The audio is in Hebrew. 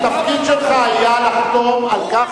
התפקיד שלך היה לחתום על כך,